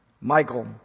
Michael